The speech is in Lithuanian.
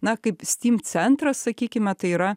na kaip stym centras sakykime tai yra